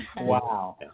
Wow